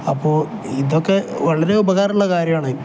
അപ്പോൾ ഇതൊക്കെ വളരെ ഉപകാരമുള്ള കാര്യമാണ്